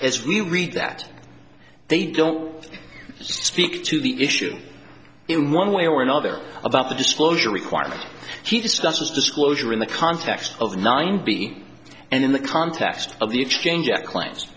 as we read that they don't speak to the issue in one way or another about the disclosure requirements he discusses disclosure in the context of nine b and in the context of the exchange that cl